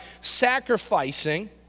sacrificing